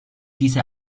diese